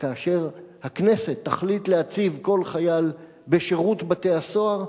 כאשר הכנסת תחליט להציב כל חייל בשירות בתי-הסוהר,